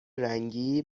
رنگی